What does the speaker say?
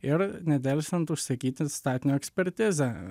ir nedelsiant užsakyti statinio ekspertizę